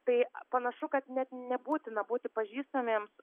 tai panašu kad net nebūtina būti pažįstamiems